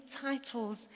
titles